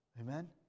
Amen